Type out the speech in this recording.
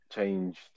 Change